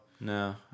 No